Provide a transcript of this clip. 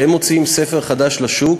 וכשהם מוציאים ספר חדש לשוק,